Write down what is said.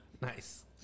Nice